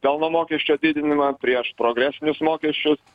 pelno mokesčio didinimą prieš progresinius mokesčius